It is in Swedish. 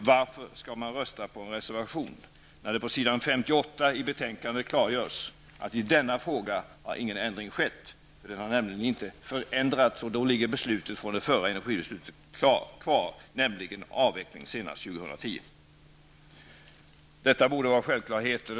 Varför skall man rösta på en reservation, Claes Roxbergh, när det i ett betänkande har klargjorts att i denna fråga har ingen ändring skett. Frågan har nämligen inte förändrats och då ligger det förra energibeslutet kvar, dvs. avveckling senast 2010. Detta borde vara självklarheter.